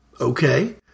Okay